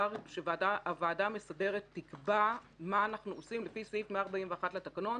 שהוועדה המסדרת תקבע מה אנחנו עושים לפי סעיף 141 לתקנון